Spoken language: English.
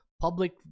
public